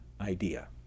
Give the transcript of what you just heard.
idea